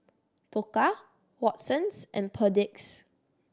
Pokka Watsons and Perdix